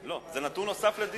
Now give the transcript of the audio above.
לא, זה נתון נוסף לדיון.